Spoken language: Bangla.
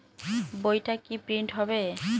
বইটা কি প্রিন্ট হবে?